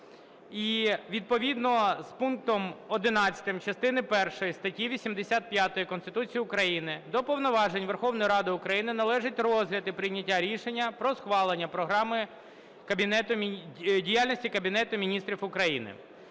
І відповідно з пунктом 11частини першої статті 85 Конституції України до повноважень Верховної Ради України належить розгляд і прийняття рішення про схвалення Програми діяльності Кабінету Міністрів України.